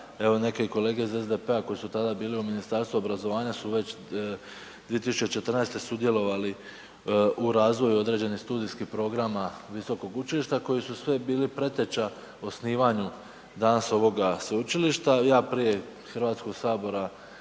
evo i neke kolege iz SDP-a koji su tada bili u Ministarstvu obrazovanja su već 2014. sudjelovali u razvoju određenih studijskih programa visokog učilišta koji su sve bili preteča osnivanju danas ovoga sveučilišta. Ja prije Hrvatskog sabora